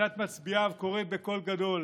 ועדת מצביעיו קוראת בקול גדול: